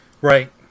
right